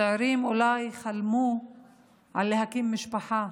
צעירים שאולי חלמו על להקים משפחה.